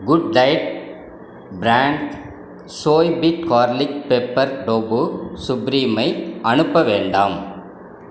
good diet brand soyfig garlic pepper tofu சுப்ரீமை அனுப்ப வேண்டாம்